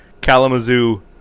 Kalamazoo